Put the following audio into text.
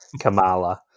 Kamala